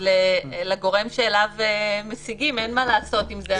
לגורם שאליו משיגים אין מה לעשות עם זה.